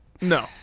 No